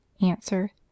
Answer